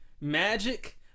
magic